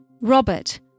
Robert